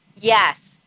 Yes